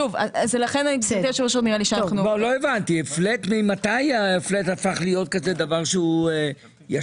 לא הבנתי, ממתי פלט הפך להיות כזה דבר שהוא ישר?